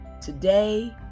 today